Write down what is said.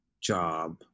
job